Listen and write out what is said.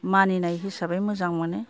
मानिनाय हिसाबै मोजां मोनो